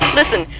listen